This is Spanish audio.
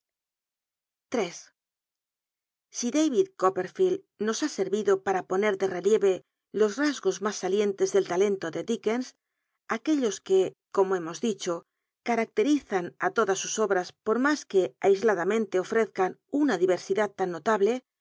si david copperfieltl nos ha senido para ponet ele relieve los rasgos mas salientes del talento de dickens aquellos que como hemos dicho caracterizan ú todas sus obras por mas que aisladamente ofrezcan una dirersidad tao notable